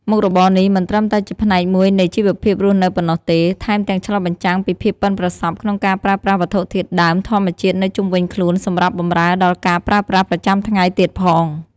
មុខរបរនេះមិនត្រឹមតែជាផ្នែកមួយនៃជីវភាពរស់នៅប៉ុណ្ណោះទេ ថែមទាំងឆ្លុះបញ្ចាំងពីភាពប៉ិនប្រសប់ក្នុងការប្រើប្រាស់វត្ថុធាតុដើមធម្មជាតិនៅជុំវិញខ្លួនសម្រាប់បម្រើដល់ការប្រើប្រាស់ប្រចាំថ្ងៃទៀតផង។